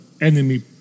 enemy